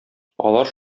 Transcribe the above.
алар